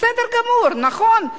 בסדר גמור, נכון?